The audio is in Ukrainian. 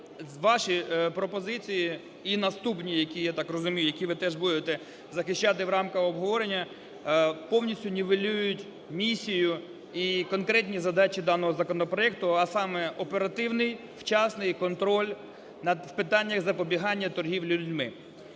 так розумію, які ви теж будете захищати в рамках обговорення, повністю нівелюють місію і конкретні задачі даного законопроекту, а саме оперативний вчасний контроль над, в питаннях запобігання торгівлі людьми.